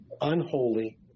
unholy